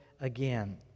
again